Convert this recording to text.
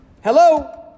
Hello